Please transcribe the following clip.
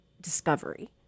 discovery